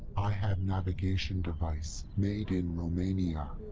i have navigation device. made in romania.